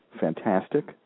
fantastic